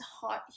hot